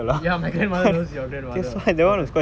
ya my grandmother know your grandmother correct